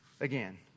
Again